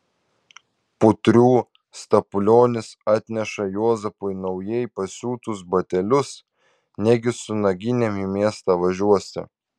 putrių stapulionis atneša juozapui naujai pasiūtus batelius negi su naginėm į miestą važiuosi